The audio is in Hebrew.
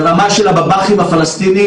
ברמה של בב"חים הפלסטינים,